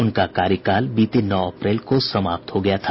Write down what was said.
उनका कार्यकाल बीते नौ अप्रैल को समाप्त हो गया था